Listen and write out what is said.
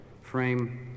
frame